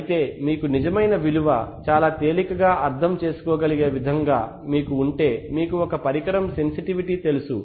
అయితే మీకు నిజమైన విలువ చాలా తేలికగా అర్థం చేసుకోగలిగే విధంగా మీకు ఉంటే మీకు ఒక పరికరం సెన్సిటివిటీ తెలుసు